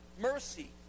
mercy